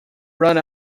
run